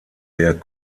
der